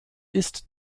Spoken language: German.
ist